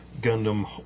Gundam